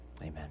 Amen